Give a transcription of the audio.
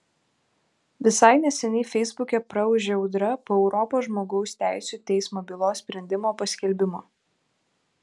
visai neseniai feisbuke praūžė audra po europos žmogaus teisių teismo bylos sprendimo paskelbimo